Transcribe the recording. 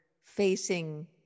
facing